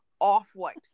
off-white